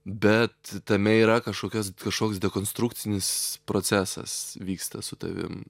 bet tame yra kažkokios kažkoks dekonstrukcinis procesas vyksta su tavim